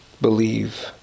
believe